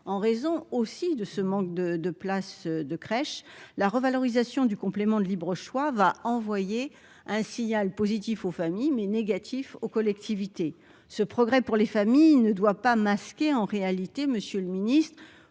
en raison aussi de ce manque de de places de crèche, la revalorisation du complément de libre choix va envoyer un signal positif aux familles mais négatifs aux collectivités, ce progrès pour les familles ne doit pas masquer en réalité, Monsieur le Ministre